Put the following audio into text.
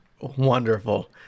wonderful